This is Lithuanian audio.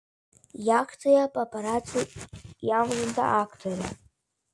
jachtoje paparacių įamžinta aktorė